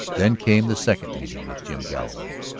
then came the second meeting with jim galloway.